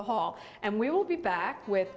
the hall and we will be back with